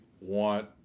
want